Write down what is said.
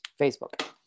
Facebook